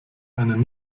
einen